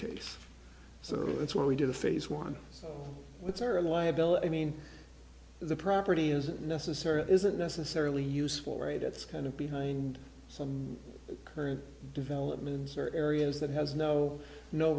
case so that's what we did a phase one with their own liability mean the property isn't necessary isn't necessarily useful right it's kind of behind some current developments or areas that has no no